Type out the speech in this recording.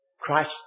Christ